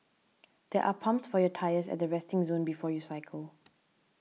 there are pumps for your tyres at the resting zone before you cycle